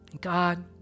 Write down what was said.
God